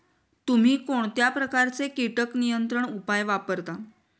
तुम्ही कोणत्या प्रकारचे कीटक नियंत्रण उपाय वापरता?